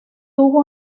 tuvo